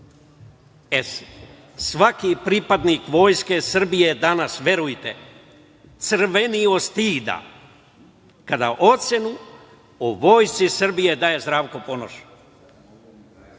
Svaki pripadnik Vojske Srbije, danas, verujte, crveni od stida kada ocenu o Vojsci Srbije daje Zdravko Ponoš. Ponoš